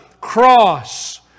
cross